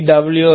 W